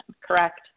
correct